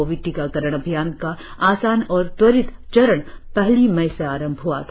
Covid टीकाकरण अभियान का आसान और त्वरित चरण पहली मई से आरंभ हआ था